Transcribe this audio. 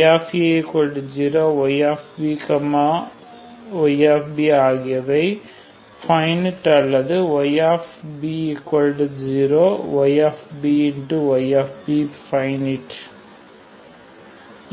ya0 ybyb ஆகியவை finite அல்லதுyb0 yb yb finite